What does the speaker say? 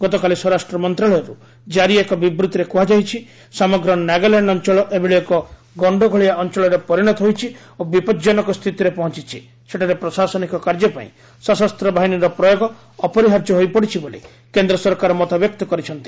ଗତକାଲି ସ୍ୱରାଷ୍ଟ୍ର ମନ୍ତ୍ରଣାଳୟରୁ କାରି ଏକ ବିବୃଭିରେ କୁହାଯାଇଛି ସମଗ୍ର ନାଗାଲ୍ୟାଣ୍ଡ୍ ଅଞ୍ଚଳ ଏଭଳି ଏକ ଗଶ୍ତଗୋଳିଆ ଅଞ୍ଚଳରେ ପରିଣତ ହୋଇଛି ଓ ବିପଜନକ ସ୍ଥିତିରେ ପହଞ୍ଚୁଛି ସେଠାରେ ପ୍ରଶାସନିକ କାର୍ଯ୍ୟପାଇଁ ସଶସ୍ତ ବାହିନୀର ପ୍ରୟୋଗ ଅପରିହାର୍ଯ୍ୟ ହୋଇପଡ଼ିଛି ବୋଲି କେନ୍ଦ୍ର ସରକାର ମତବ୍ୟକ୍ତ କରିଛନ୍ତି